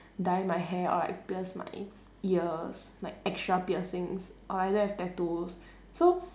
dye my hair or like pierce my ears like extra piercings or I don't have tattoos so